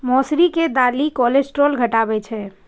मौसरी के दालि कोलेस्ट्रॉल घटाबै छै